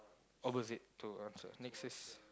opposite to answer next is